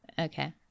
Okay